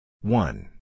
One